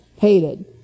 hated